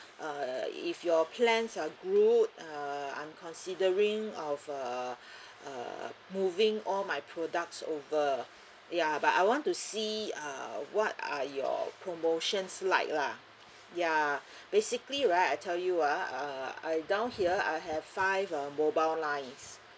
uh if your plans are good err I'm considering of err err moving all my products over ya but I want to see uh what are your promotions like lah ya basically right I tell you ah uh I down here I have five uh mobile lines